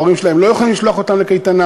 ההורים שלהם לא יכולים לשלוח אותם לקייטנה.